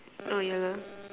oh yeah lah